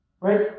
right